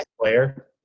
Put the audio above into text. player